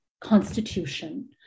constitution